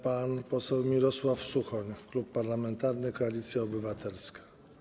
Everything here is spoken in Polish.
Pan poseł Mirosław Suchoń, Klub Parlamentarny Koalicja Obywatelska.